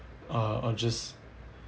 uh uh just